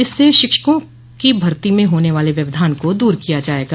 इससे शिक्षकों की भर्ती में होने वाले व्यवधान को दूर किया जायेगा